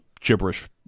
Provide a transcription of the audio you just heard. gibberish